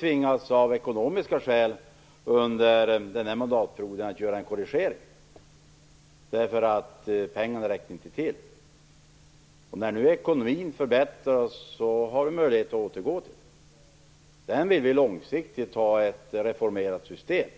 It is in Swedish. Sedan har man av ekonomiska skäl under den här mandatperioden tvingats att göra en korrigering. Pengarna räckte inte till. När nu ekonomin förbättrats finns möjlighet till en återgång. Centerpartiet vill långsiktigt ha ett reformerat system